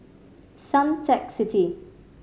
Suntec City